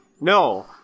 no